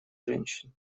женщин